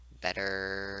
better